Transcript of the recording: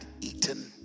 eaten